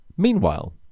Meanwhile